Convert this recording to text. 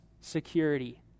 security